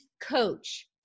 coach